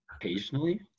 Occasionally